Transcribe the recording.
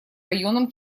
районом